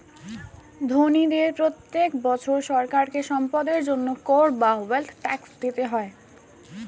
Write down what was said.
ধনীদের প্রত্যেক বছর সরকারকে সম্পদের জন্য কর বা ওয়েলথ ট্যাক্স দিতে হয়